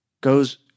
goes